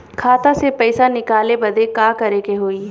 खाता से पैसा निकाले बदे का करे के होई?